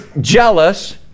jealous